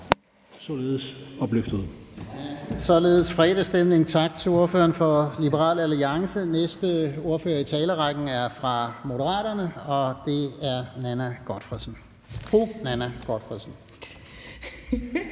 Således blev der fredagsstemning. Tak til ordføreren for Liberal Alliance. Næste ordfører i talerrækken er fra Moderaterne, og det er fru Nanna W. Gotfredsen.